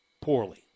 poorly